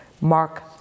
Mark